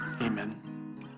Amen